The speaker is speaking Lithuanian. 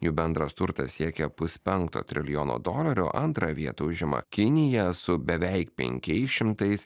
jų bendras turtas siekia puspenkto trilijono dolerių antrą vietą užima kinija su beveik penkiais šimtais